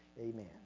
amen